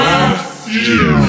Matthew